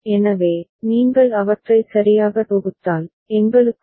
எனவே நீங்கள் அவற்றை சரியாக தொகுத்தால் எங்களுக்கு டி